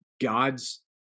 God's